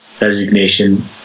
resignation